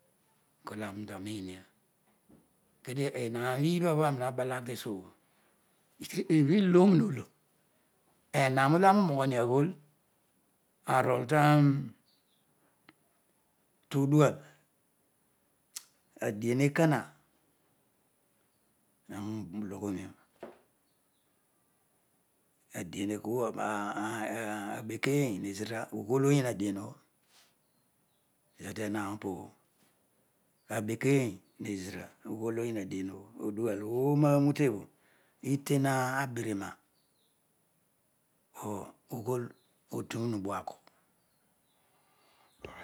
Koaro doroiin hio kedio enam ibhabho anina balagh tesuobho kebi looro holo ehaum olo avarel uroughohio agbool arool todual adue ekono aarom uloghotoio abekeni hezira ughool oyinin adieobho zodi eham opobho abekein hezira ughool oyiinngo y gbiriria po ughoul oduronu buagu